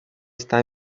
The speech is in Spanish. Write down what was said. está